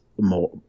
More